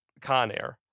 Conair